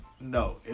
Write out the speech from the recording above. no